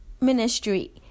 ministry